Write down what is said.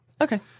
Okay